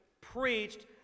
preached